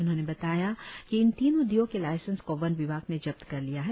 उन्होंने बताया कि इन तीन उद्योग के लाईसेस को वन विभाग ने जब्त कर लिया है